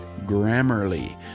grammarly